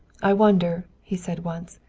i wonder, he said once,